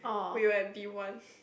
we were at B one